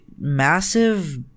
massive